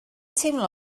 teimlo